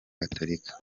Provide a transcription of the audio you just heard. gatolika